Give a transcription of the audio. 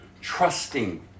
Trusting